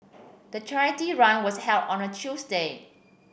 the charity run was held on a Tuesday